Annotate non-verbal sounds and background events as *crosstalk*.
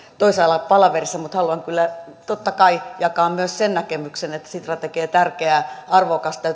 toisaalla palaverissa mutta haluan kyllä totta kai jakaa myös sen näkemyksen että sitra tekee tärkeää arvokasta *unintelligible*